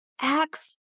acts